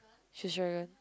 she's dragon